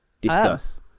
Discuss